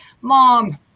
Mom